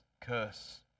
curse